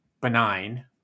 benign